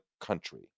country